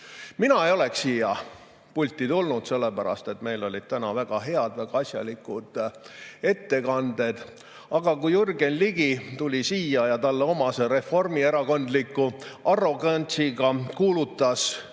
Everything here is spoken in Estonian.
Mina ei oleks siia pulti tulnud, sellepärast et meil olid täna väga head, väga asjalikud ettekanded. Aga kui Jürgen Ligi tuli siia ja talle omase reformierakondliku arrogantsiga kuulutas